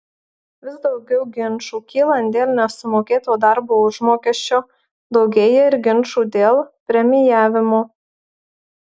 vis daugiau ginčų kylant dėl nesumokėto darbo užmokesčio daugėja ir ginčų dėl premijavimo